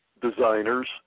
designers